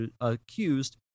accused